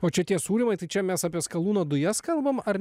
o čia tie siūlymai tai čia mes apie skalūnų dujas kalbame ar